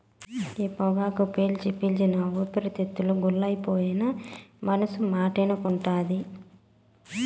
ఈ పొగాకు పీల్చి పీల్చి నా ఊపిరితిత్తులు గుల్లైపోయినా మనసు మాటినకుంటాంది